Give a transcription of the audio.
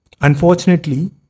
Unfortunately